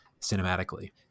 cinematically